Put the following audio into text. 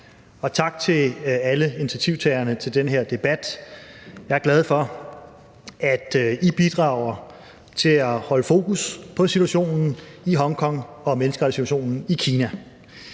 tak til alle initiativtagerne til den her debat. Jeg er glad for, at I bidrager til at holde fokus på situationen i Hongkong og menneskerettighedssituationen i Kina.